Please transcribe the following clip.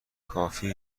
کافی